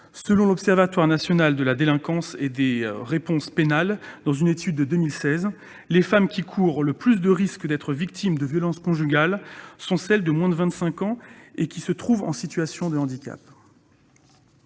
de l'Observatoire national de la délinquance et des réponses pénales, les femmes qui courent le plus de risques d'être victimes de violences conjugales sont celles de moins de 25 ans qui se trouvent en situation de handicap.